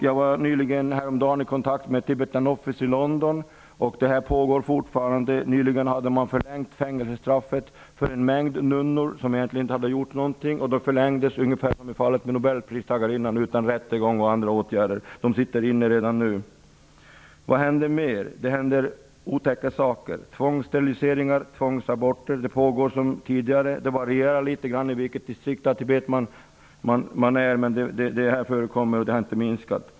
Jag var häromdagen i kontakt med Tibetan Office i London och fick veta att det här fortfarande pågår. Nyligen har man förlängt fängelsestraffet för en mängd nunnor, som egenligen inte har gjort någonting. Ungefär som i fallet med nobelpristagarinnan förlängdes dessa straff utan rättegång eller andra åtgärder. Dessa nunnor sitter inne redan nu. Vad händer mer? Det händer otäcka saker. Tvångssteriliseringar och tvångsaborter pågår som tidigare. Det varierar litet grand i de olika distrikten i Tibet, men det förekommer och har inte minskat.